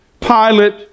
Pilate